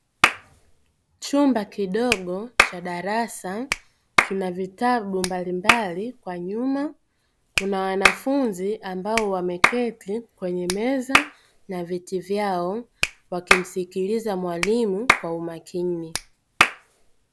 Chumba kidogo cha darasa kina vitabu mbalimbali kwa nyuma, kuna wanafunzi ambao wameketi kwenye meza na viti vyao wakimsikiliza mwalimu kwa umakini.